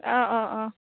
অঁ